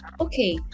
okay